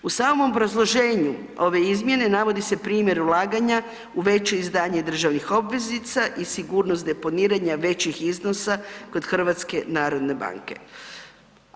U samom obrazloženju ove izmjene navodi se primjer ulaganja u veće izdanje državnih obveznica i sigurnost deponiranja većih iznosa kod HNB-a.